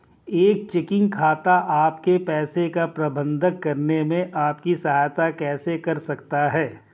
एक चेकिंग खाता आपके पैसे का प्रबंधन करने में आपकी सहायता कैसे कर सकता है?